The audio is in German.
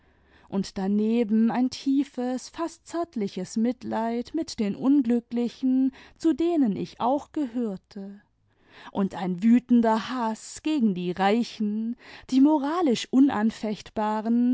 und daneben ein tiefes fast zärtliches mitleid mit den unglücklichen zu denen ich auch gehörte und ein wütender haß gegen die reichen die moralisch